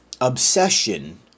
obsession